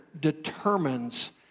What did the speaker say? determines